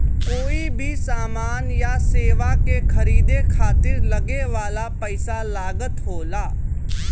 कोई भी समान या सेवा के खरीदे खातिर लगे वाला पइसा लागत होला